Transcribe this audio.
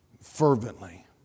fervently